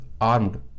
armed